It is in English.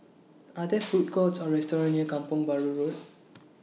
Are There Food Courts Or restaurants near Kampong Bahru Road